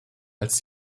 als